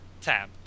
tab